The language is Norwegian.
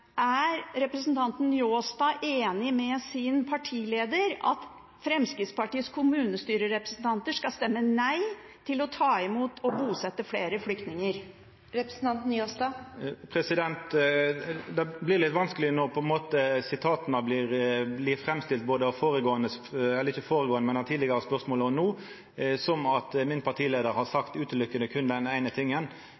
Er representanten Njåstad enig med sin partileder i at Fremskrittspartiets kommunestyrerepresentanter skal stemme nei til å ta imot og bosette flere flyktninger? Det blir litt vanskeleg når på ein måte sitata blir framstilte – både i tidlegere spørsmål og no – som at min partileiar har